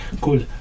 cool